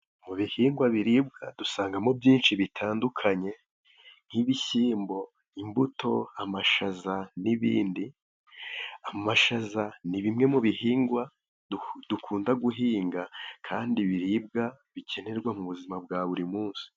Mu bihingwa biribwa dusangamo byinshi bitandukanye nk'ibishyimbo, imbuto, amashyaza n'ibindi. Amashyaza ni bimwe mu bihingwa dukunda guhinga, kandi ibiribwa bikenerwa mu buzima bwa buri munsi.